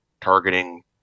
targeting